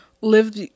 live